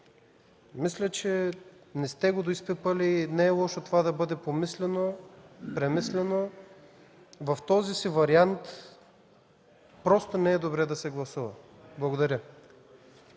Мисля, че не сте го доизпипали. Не е лошо да бъде помислено, премислено. В този си вариант просто не е добре да се гласува. Благодаря.